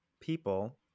people